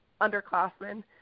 underclassmen